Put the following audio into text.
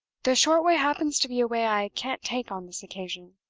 the short way happens to be a way i can't take on this occasion.